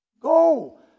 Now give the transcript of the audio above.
Go